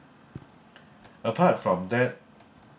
apart from that